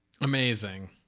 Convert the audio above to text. Amazing